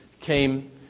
came